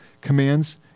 commands